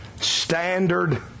standard